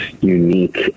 unique